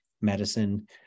medicine